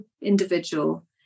individual